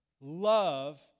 Love